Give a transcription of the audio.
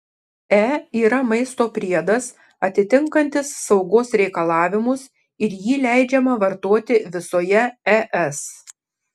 e yra maisto priedas atitinkantis saugos reikalavimus ir jį leidžiama vartoti visoje es